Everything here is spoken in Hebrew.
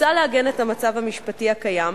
מוצע לעגן את המצב המשפטי הקיים,